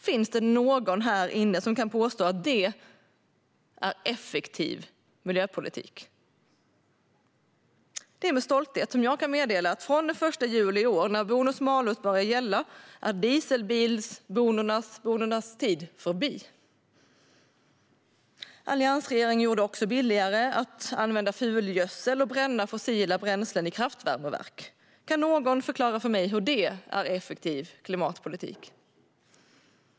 Finns det någon här inne som kan påstå att det är effektiv miljöpolitik? Det är med stolthet jag kan meddela att från den 1 juli i år, när bonus-malus-systemet börjar gälla, är dieselbilsbonusarnas tid förbi. Alliansregeringen gjorde det också billigare att använda fulgödsel och att bränna fossila bränslen i kraftvärmeverk. Kan någon förklara för mig hur det är effektiv klimatpolitik?